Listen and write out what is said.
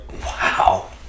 Wow